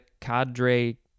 cadre